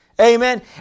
Amen